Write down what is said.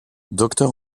docteur